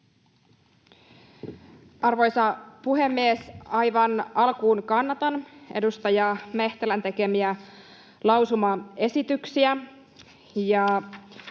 Arvoisa puhemies! Aivan alkuun kannatan edustaja Mehtälän tekemiä lausumaesityksiä.